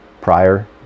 prior